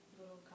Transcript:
little